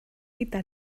gyda